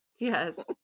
Yes